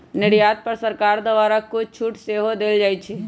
निर्यात पर सरकार द्वारा कुछ छूट सेहो देल जाइ छै